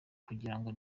kugirango